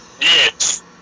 Yes